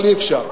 אבל אי-אפשר.